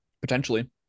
Potentially